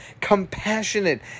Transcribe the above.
compassionate